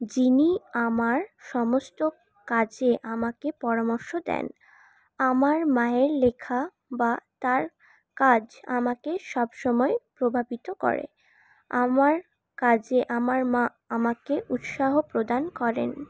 যিনি আমার সমস্ত কাজে আমাকে পরামর্শ দেন আমার মায়ের লেখা বা তার কাজ আমাকে সবসময় প্রভাবিত করে আমার কাজে আমার মা আমাকে উৎসাহ প্রদান করেন